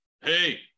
Hey